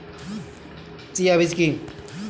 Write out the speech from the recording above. Chia বীজ কী?